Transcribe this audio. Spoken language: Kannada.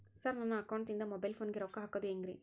ಸರ್ ನನ್ನ ಅಕೌಂಟದಿಂದ ಮೊಬೈಲ್ ಫೋನಿಗೆ ರೊಕ್ಕ ಹಾಕೋದು ಹೆಂಗ್ರಿ?